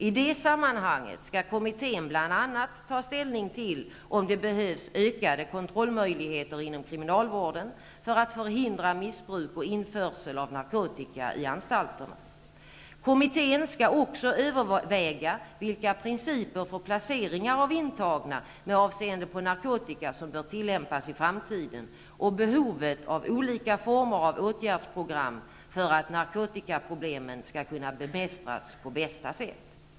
I det sammanhanget skall kommittén bl.a. ta ställning till om det behövs ökade kontrollmöjligheter inom kriminalvården för att förhindra missbruk och införsel av narkotika i anstalterna. Kommittén skall också överväga vilka principer för placeringar av intagna med avseende på narkotika som bör tillämpas i framtiden och behovet av olika former av åtgärdsprogram för att narkotikaproblemen skall kunna bemästras på bästa sätt.